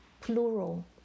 plural